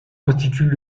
constituent